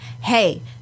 Hey